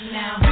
now